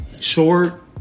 short